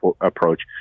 approach